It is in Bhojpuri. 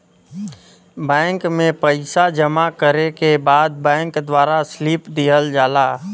बैंक में पइसा जमा करे के बाद बैंक द्वारा स्लिप दिहल जाला